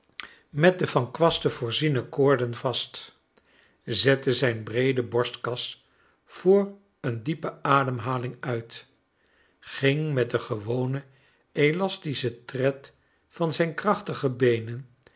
met de van kwasten voorziene koorden vast zette zijn breede borstkas door een diepe ademhaling uit ging met den gewonen elastischen tred van zijn krachtige beenen